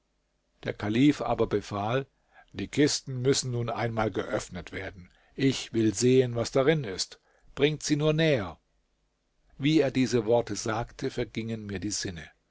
der kalif aber befahl die kisten müssen nun einmal geöffnet werden ich will sehen was darin ist bringt sie nur näher wie er diese worte sagte vergingen mir die sinne